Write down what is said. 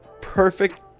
perfect